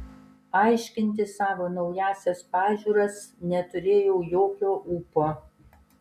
aiškinti savo naująsias pažiūras neturėjau jokio ūpo